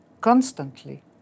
constantly